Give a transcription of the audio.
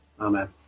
Amen